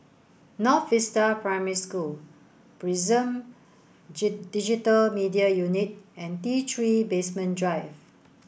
North Vista Primary School Prison Digital Media Unit and T three Basement Drive